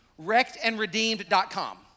wreckedandredeemed.com